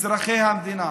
אזרחי המדינה,